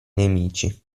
nemici